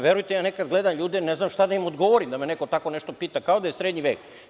Verujte mi, ja nekad gledam ljude i ne znam šta da im odgovorim kad me neko nešto tako pita, kao da je srednji vek.